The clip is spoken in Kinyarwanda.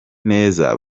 neza